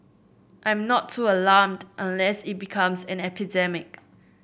I'm not too alarmed unless it becomes an epidemic